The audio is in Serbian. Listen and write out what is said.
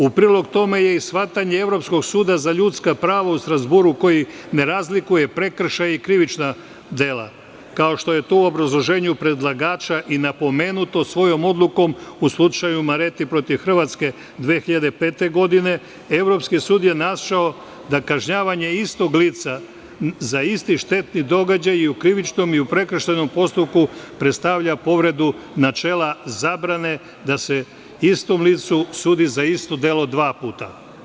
U prilog tome je i shvatanje Evropskog suda za ljudska prava u Strazburu, koji je razlikuje prekršaj i krivična dela, kao što je to u obrazloženju predlagača i napomenuto svojom odlukom u slučaju Mareti protiv Hrvatske 2005. godine, Evropski sud je našao da kažnjavanje istog lica za isti štetni događaj i u krivičnom i u prekršajnom postupku predstavlja povredu načela zabrane da se istom licu sudi za isto delo dva puta.